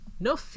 no